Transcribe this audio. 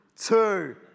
two